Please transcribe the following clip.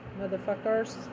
Motherfuckers